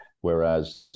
whereas